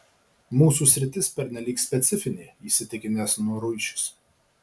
mūsų sritis pernelyg specifinė įsitikinęs noruišis